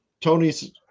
Tony's